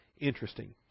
interesting